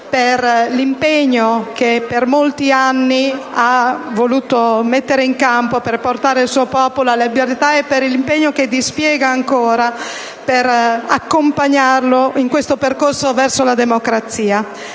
per l'impegno che per molti anni ha voluto mettere in campo per portare il suo popolo alla libertà e per l'impegno che dispiega ancora per accompagnarlo in questo percorso verso la democrazia.